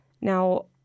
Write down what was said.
Now